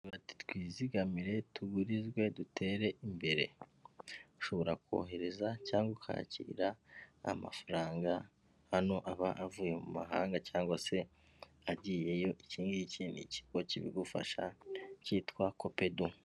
Bati twizigamire, tugurizwe, dutere imbere. Ushobora kohereza cyangwa ukakira amafaranga hano aba avuye mu mahanga cyangwa se agiyeyo ikingiki ni ikigo kibigufasha cyitwa kopedu.